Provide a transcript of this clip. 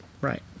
Right